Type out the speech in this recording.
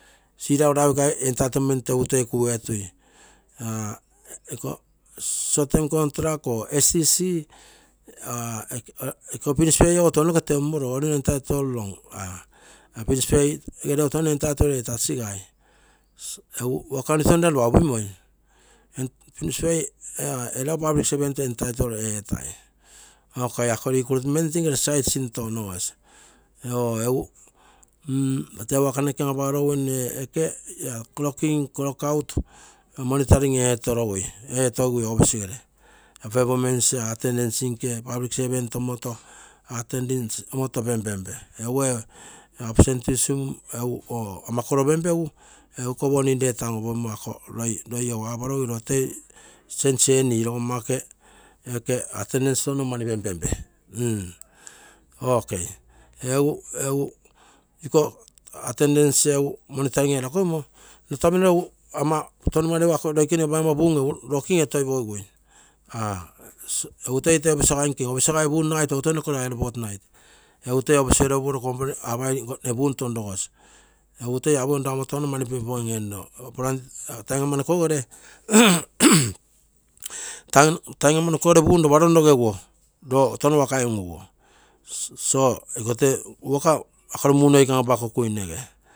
Sirauirai ragu taa entitlement egu kulu etui. iko short term contruct or scc iko finish pay ogo tounoke teummorogo finish pay gerego touno entitte etasisai egu waka onitoinnai iopa upimoi. finish pay eragu public servant entitte eetai. ok ako recruitment nkere side sinto onogogi, esu tee waka noke anapasorosuine ee clocking clock out monitoring etorugui office ere, performance attendance public servant nke omoto pempempe, egu ee attendance ama koro penpengu egu iko warning letter on apammo ako ioi egu apagui roo toi change eni attendance tono mani pempempe. Egu iko attendance monitoring era kogimo itamino ama touno mani regu ioikene egu paigomma puum egu locking etoipogigui, officer sai ogo puum nagai toutou noke rogai iagere forthnight. egu tee office ere upuro complaine etai, egu toi apogim lai amo touno mani perform eninno taim amanoko gere puum iopa ronaogeguo roo tono wakai unuguo, ikote waka akogere muu noikei an-apakokuine